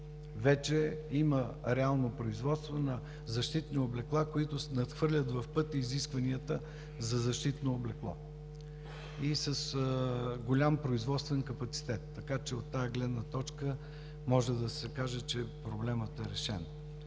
Вече има реално производство на защитни облекла, които надхвърлят в пъти изискванията за защитно облекло, и с голям производствен капацитет. Така че от тази гледна точка може да се каже, че проблемът е решен.